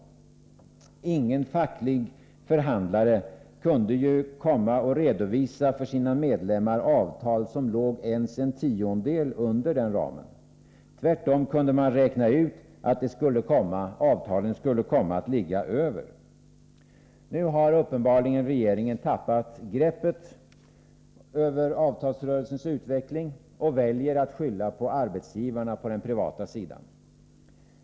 Ingen facklig förhandlare kunde ju komma och för sina medlemmar redovisa avtal som låg ens en tiondel under denna ram. Tvärtom kunde man räkna ut att avtalen skulle komma att ligga högre. Nu har regeringen uppenbarligen tappat greppet om avtalsrörelsens utveckling och väljer att skylla på arbetsgivarna på den privata sidan.